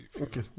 Okay